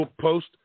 post